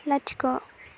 लाथिख'